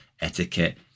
etiquette